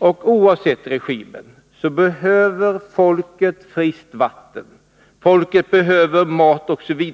Oavsett regim behöver folket friskvatten, mat osv.